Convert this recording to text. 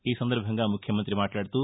ఈ సందర్బంగా ముఖ్యమంత్రి మాట్లాడుతూ